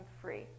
free